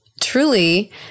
truly